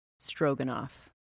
Stroganoff